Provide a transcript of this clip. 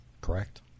Correct